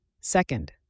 Second